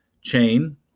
chain